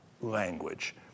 language